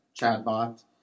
chatbot